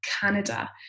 Canada